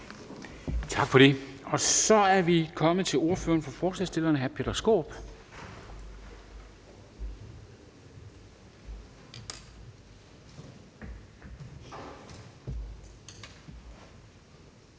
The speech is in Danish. Tak for det. Så er vi kommet til ordføreren for forslagsstillerne, hr. Peter Skaarup.